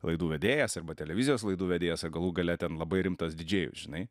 laidų vedėjas arba televizijos laidų vedėjas ar galų gale ten labai rimtas didžėjus žinai